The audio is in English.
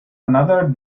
another